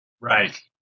Right